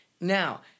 Now